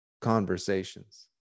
conversations